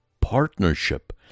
partnership